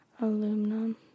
Aluminum